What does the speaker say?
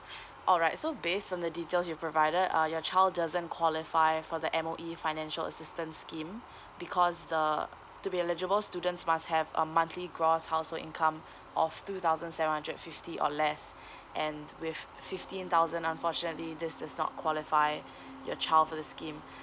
alright so based on the details you provided uh your child doesn't qualify for the M_O_E financial assistance scheme because uh to be eligible students must have a monthly gross household income of two thousand seven hundred fifty or less and with fifteen thousand unfortunately this does not qualify your child for the scheme